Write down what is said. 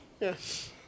Yes